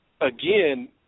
again